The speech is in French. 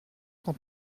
quand